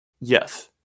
Yes